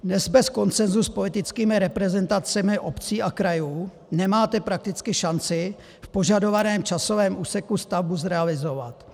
Dnes bez konsensu s politickými reprezentacemi obcí a krajů nemáte prakticky šanci v požadovaném časovém úseku stavbu zrealizovat.